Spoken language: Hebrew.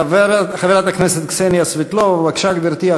חברת הכנסת קסניה סבטלובה, בבקשה, גברתי.